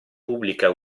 pubblica